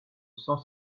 cent